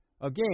Again